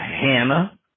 Hannah